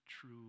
True